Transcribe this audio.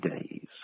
days